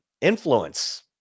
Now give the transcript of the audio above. influence